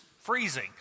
freezing